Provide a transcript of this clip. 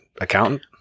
accountant